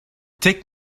take